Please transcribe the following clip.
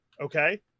Okay